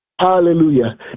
Hallelujah